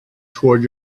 toward